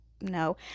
no